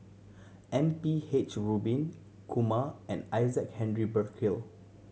M P H Rubin Kumar and Isaac Henry Burkill